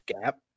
gap